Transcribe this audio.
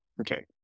Okay